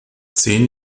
zehn